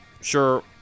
sure